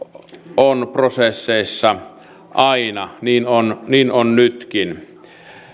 on prosesseissa aina niin on niin on nytkin